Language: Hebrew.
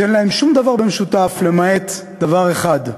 שאין להם שום דבר במשותף למעט דבר אחד: